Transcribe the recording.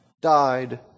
died